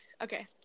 Okay